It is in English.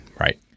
Right